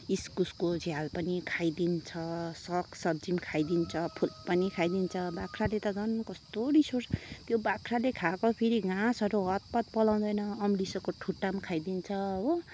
इस्कुसको झ्याल पनि खाइदिन्छ सागसब्जी पनि खाइदिन्छ फुल पनि खाइदिन्छ बाख्राले त झन् कस्तो रिस उठ्छ त्यो बाख्राले खाएको फेरि घाँसहरू हतपत पलाउँदैन अम्लिसोको ठुटा नि खाइदिन्छ हो